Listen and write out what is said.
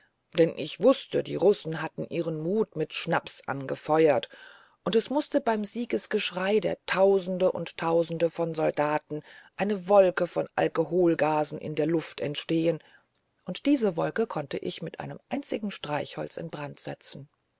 denn ich wußte die russen hatten ihren mut mit schnaps angefeuert und es mußte beim siegesgeschrei der tausende und tausende von soldaten eine wolke von alkoholgasen in der luft entstehen und diese wolke konnte ich mit einem einzigen streichholz in brand setzen